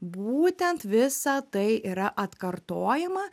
būtent visą tai yra atkartojama